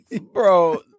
Bro